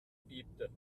bebte